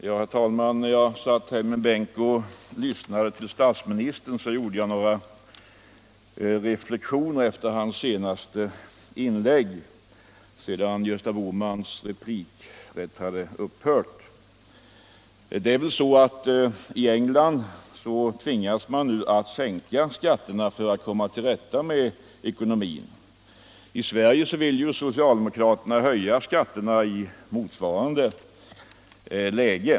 Herr talman! När jag satt i min bänk och lyssnade på statsministerns senaste inlägg gjorde jag några reflexioner, sedan Gösta Bohmans replikrätt hade upphört. I England tvingas man nu att sänka skatterna för att komma till rätta med ekonomin. I Sverige vill socialdemokraterna höja skatterna i motsvarande läge.